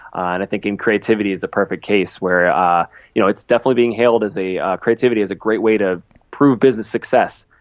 and think and creativity is a perfect case where ah you know it's definitely being hailed as, creativity is a great way to prove business success,